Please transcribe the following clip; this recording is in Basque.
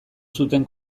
zuten